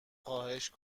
خواهش